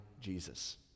Jesus